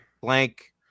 Blank